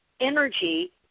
energy